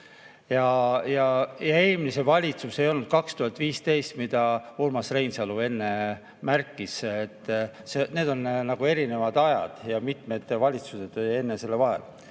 Ja eelmine valitsus ei olnud 2015, mida Urmas Reinsalu enne märkis. Need on nagu erinevad ajad ja mitmed valitsused enne selle vahel.